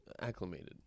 acclimated